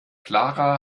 clara